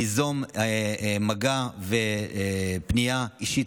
ניזום מגע ופנייה אישית,